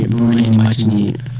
magic yield